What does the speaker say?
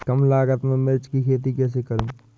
कम लागत में मिर्च की खेती कैसे करूँ?